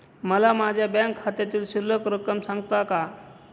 मला माझ्या बँक खात्यातील शिल्लक रक्कम सांगता का?